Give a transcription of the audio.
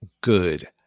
good